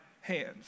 hands